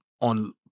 on